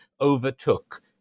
overtook